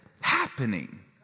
happening